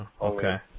Okay